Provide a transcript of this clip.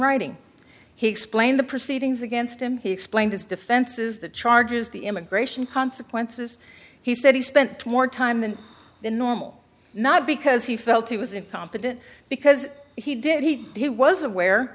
writing he explained the proceedings against him he explained his defenses the charges the immigration consequences he said he spent more time than the normal not because he felt he was incompetent because he did he he was aware